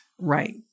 Right